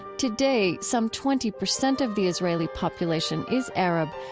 today, some twenty percent of the israeli population is arab,